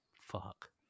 Fuck